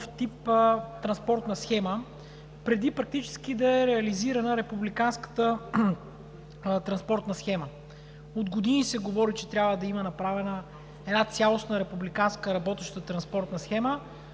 тип транспортна схема преди практически да е реализирана републиканската транспортна схема. От години се говори, че трябва да има направена цялостна републиканска работеща транспортна схема,